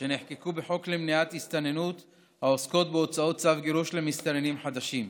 שנחקקו בחוק למניעת הסתננות העוסקות בהוצאות צו גירוש למסתננים חדשים,